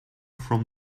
from